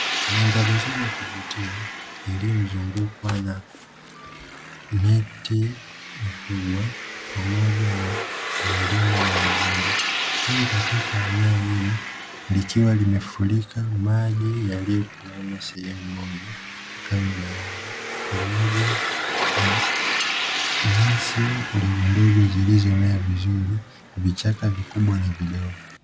Mandhari nzuri ya kuvutia iliyozungukwa na miti mikubwa, pamoja na milima na mabonde. Huku katika eneo hilo likiwa limefurika maji yaliyotuama sehemu moja kama bahari, pamoja na nyasi ndogo ndogo zilizomea vizuri, vichaka vikubwa na vidogo.